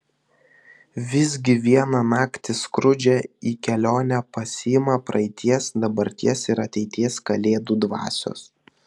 visgi vieną naktį skrudžą į kelionę pasiima praeities dabarties ir ateities kalėdų dvasios